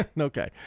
Okay